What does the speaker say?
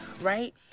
right